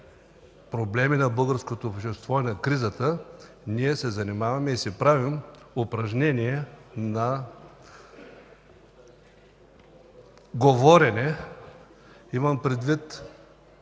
проблеми на българското общество и на кризата, ние се занимаваме и си правим упражнения на говорене. Имам предвид